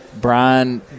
Brian